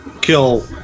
Kill